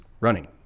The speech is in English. running